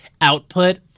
output